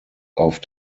auf